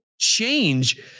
change